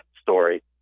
story